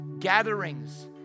gatherings